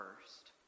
first